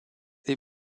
est